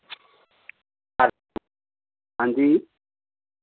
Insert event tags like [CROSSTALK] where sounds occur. [UNINTELLIGIBLE] हांजी